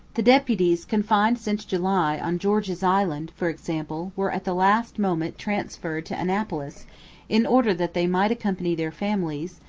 the deputies confined since july on george's island, for example, were at the last moment transferred to annapolis in order that they might accompany their families,